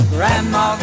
Grandma